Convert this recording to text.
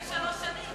שלוש שנים.